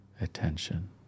attention